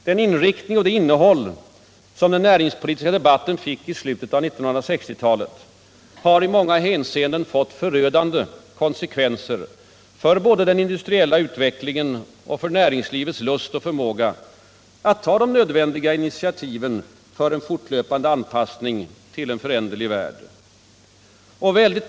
Den inriktning och det innehåll som den näringspolitiska debatten fick i slutet av 1960-talet har i många hänseenden fått förödande konsekvenser både för den industriella utvecklingen och för näringslivets lust och förmåga att ta de nödvändiga initiativen för en fortlöpande anpassning till en föränderlig värld.